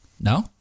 No